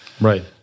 Right